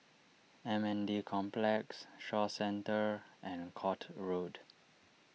M N D Complex Shaw Centre and Court Road